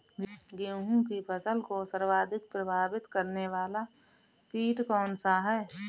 गेहूँ की फसल को सर्वाधिक प्रभावित करने वाला कीट कौनसा है?